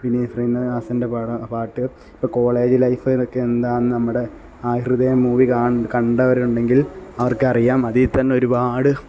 വിനീത് ശ്രീനിവാസന്റെ പടം പാട്ട് ഇപ്പം കോളേജ് ലൈഫുകളൊക്കെ എന്താണെന്ന് നമ്മുടെ ആ ഹൃദയം മൂവി കണ്ടവരുണ്ടെങ്കില് അവര്ക്കറിയാം അതീൽ തന്നെ ഒരുപാട്